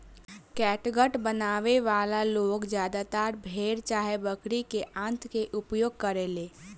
catgut बनावे वाला लोग ज्यादातर भेड़ चाहे बकरी के आंत के उपयोग करेले